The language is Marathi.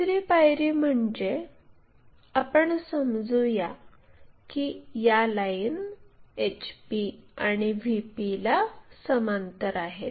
दुसरी पायरी म्हणजे आपण समजूया की या लाईन HP आणि VP ला समांतर आहेत